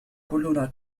كلنا